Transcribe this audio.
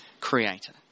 creator